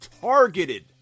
Targeted